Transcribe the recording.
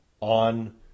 on